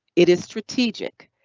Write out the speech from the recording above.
it is strategic,